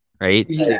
right